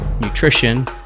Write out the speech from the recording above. nutrition